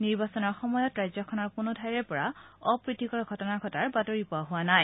নিৰ্বাচনৰ সময়ত ৰাজ্যখনৰ কোনো ঠাইৰে পৰা অপ্ৰীতিকৰ ঘটনা ঘটাৰ বাতৰি পোৱা হোৱা নাই